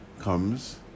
comes